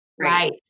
Right